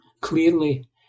Clearly